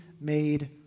made